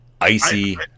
icy